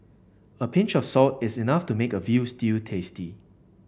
a pinch of salt is enough to make a veal stew tasty